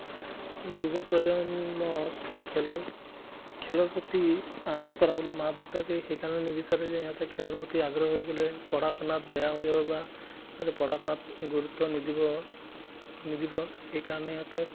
যুৱপ্ৰজন্মক খেলৰ খেলৰ প্ৰতি আগ্ৰহ কৰাবলৈ মা দেউতাকে সেইকাৰণে নিবিচাৰে যে ইহঁতে খেলৰ প্ৰতি আগ্ৰহ হৈ গ'লে পঢ়া শুনাত বেয়া হৈ যাব বা সিহঁতে পঢ়া শুনাত গুৰুত্ব নিদিব নিদিব সেইকাৰণে ইহঁতক